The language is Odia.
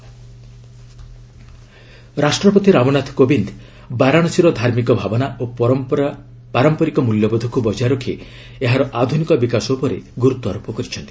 ପ୍ରେଜ୍ ବାରାଣାସୀ ରାଷ୍ଟ୍ରପତି ରାମନାଥ କୋବିନ୍ଦ ବାରାଣାସୀର ଧାର୍ମିକ ଭାବନା ଓ ପାରମ୍ପରିକ ମୂଲ୍ୟବୋଧକୁ ବଜାୟ ରଖି ଏହାର ଆଧୁନିକ ବିକାଶ ଉପରେ ଗୁର୍ତ୍ୱାରୋପ କରିଛନ୍ତି